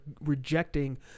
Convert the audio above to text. rejecting